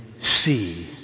see